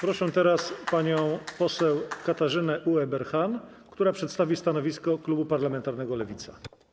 Proszę teraz panią poseł Katarzynę Ueberhan, która przedstawi stanowisko klubu parlamentarnego Lewica.